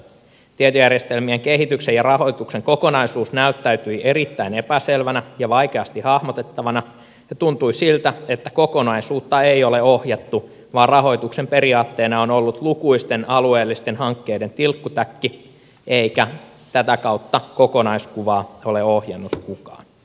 tietojärjestelmien kehityksen ja rahoituksen kokonaisuus näyttäytyi erittäin epäselvänä ja vaikeasti hahmotettavana ja tuntui siltä että kokonaisuutta ei ole ohjattu vaan rahoituksen periaatteena on ollut lukuisten alueellisten hankkeiden tilkkutäkki eikä tätä kautta kokonaiskuvaa ole ohjannut kukaan